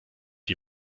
die